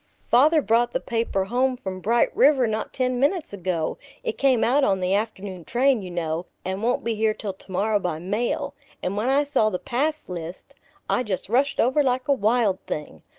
father brought the paper home from bright river not ten minutes ago it came out on the afternoon train, you know, and won't be here till tomorrow by mail and when i saw the pass list i just rushed over like a wild thing.